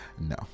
No